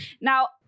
Now